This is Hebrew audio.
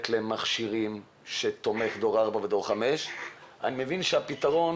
להם מכשירים תומכי דור 4 ודור 5 אני מבין שיש פתרון.